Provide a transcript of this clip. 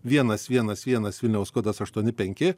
vienas vienas vienas vilniaus kodas aštuoni penki